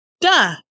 duh